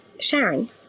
Sharon